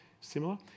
Similar